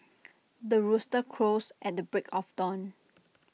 the rooster crows at the break of dawn